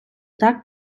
так